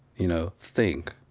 you know. think,